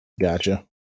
Gotcha